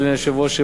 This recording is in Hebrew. אדוני היושב-ראש,